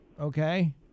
okay